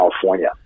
California